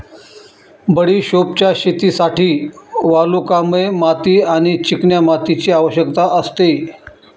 बडिशोपच्या शेतीसाठी वालुकामय माती आणि चिकन्या मातीची आवश्यकता असते